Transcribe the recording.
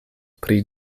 pri